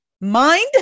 mind